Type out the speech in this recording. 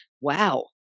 wow